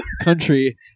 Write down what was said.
country